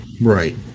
right